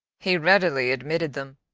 he readily admitted them,